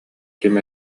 ким